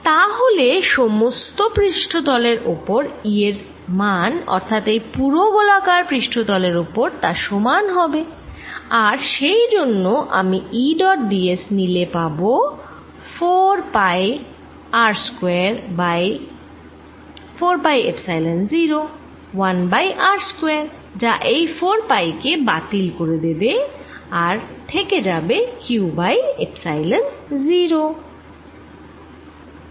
তাহলে সমস্ত পৃষ্ঠতলের ওপর E এর মান অর্থাৎ এই পুরো গোলাকার পৃষ্ঠতলের ওপর তা সমান হবে আর সেই জন্য আমি E ডট d s নিলে পাবো 4 pi r square by 4 pi epsilon 0 1 by r square যা এই 4 পাই কে বাতিল করে দেবে আর থেকে যাবে q বাই এপ্সাইলন 0